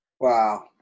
Wow